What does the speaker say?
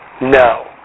no